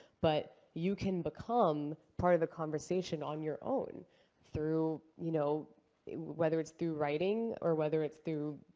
but you can become part of the conversation on your own through, you know whether it's through writing, or whether it's through,